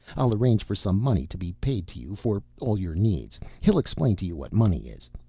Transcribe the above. i'll arrange for some money to be paid to you for all your needs, he'll explain to you what money is.